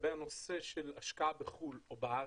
לגבי הנושא של השקעה בחו"ל או בארץ.